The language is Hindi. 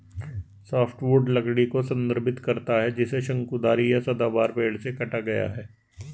सॉफ्टवुड लकड़ी को संदर्भित करता है जिसे शंकुधारी या सदाबहार पेड़ से काटा गया है